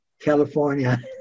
California